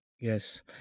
Yes